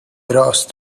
راست